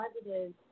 positive